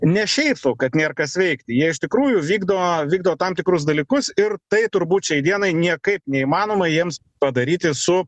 ne šiaip sau kad nėr kas veikti jie iš tikrųjų vykdo vykdo tam tikrus dalykus ir tai turbūt šiai dienai niekaip neįmanoma jiems padaryti su